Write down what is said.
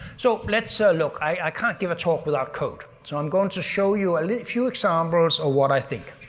so let's so look, i can't give a talk without code so i'm going to show you a few examples of what i think.